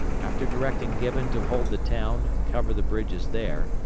after directing gibbon to hold the town and cover the bridges there,